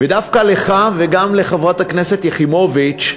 דווקא לך, וגם לחברת הכנסת יחימוביץ,